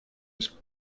was